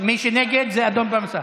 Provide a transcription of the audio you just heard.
מי שנגד, זה אדום במסך.